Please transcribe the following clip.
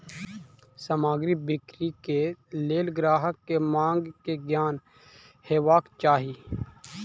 सामग्री बिक्री के लेल ग्राहक के मांग के ज्ञान हेबाक चाही